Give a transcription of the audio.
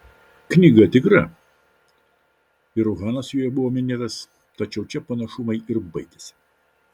knyga tikra ir uhanas joje buvo minėtas tačiau čia panašumai ir baigiasi